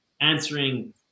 answering